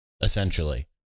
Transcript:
essentially